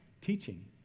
teaching